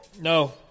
No